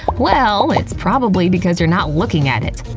well, it's probably because you're not looking at it,